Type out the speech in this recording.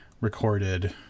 recorded